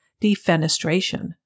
defenestration